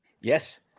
Yes